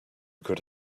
could